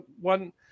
one